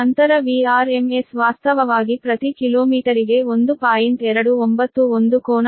ನಂತರ Vrms ವಾಸ್ತವವಾಗಿ ಪ್ರತಿ ಕಿಲೋಮೀಟರಿಗೆ 1